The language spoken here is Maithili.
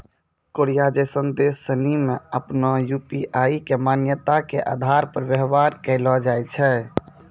कोरिया जैसन देश सनि मे आपनो यू.पी.आई के मान्यता के आधार पर व्यवहार कैलो जाय छै